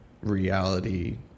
reality